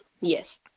Yes